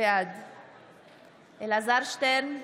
בעד אלעזר שטרן,